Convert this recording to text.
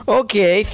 okay